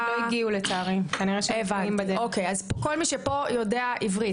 כל מי שפה יודע עברית,